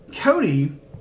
Cody